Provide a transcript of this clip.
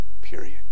Period